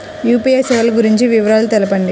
UPI సేవలు గురించి వివరాలు తెలుపండి?